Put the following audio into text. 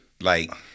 Like-